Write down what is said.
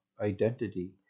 identity